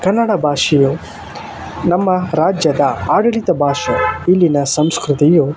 ಕನ್ನಡ ಭಾಷೆಯು ನಮ್ಮ ರಾಜ್ಯದ ಆಡಳಿತ ಭಾಷೆ ಇಲ್ಲಿನ ಸಂಸ್ಕೃತಿಯು